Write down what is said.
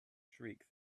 streak